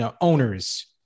owners